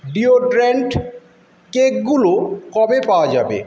deodorant কেকগুলো কবে পাওয়া যাবে